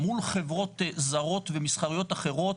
מול חברות זרות ומסחריות אחרות,